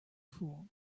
fool